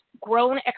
grown